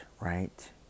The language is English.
right